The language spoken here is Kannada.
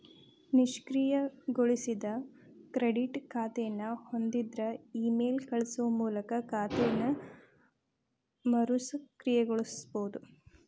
ನಿಷ್ಕ್ರಿಯಗೊಳಿಸಿದ ಕ್ರೆಡಿಟ್ ಖಾತೆನ ಹೊಂದಿದ್ರ ಇಮೇಲ್ ಕಳಸೋ ಮೂಲಕ ಖಾತೆನ ಮರುಸಕ್ರಿಯಗೊಳಿಸಬೋದ